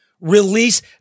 Release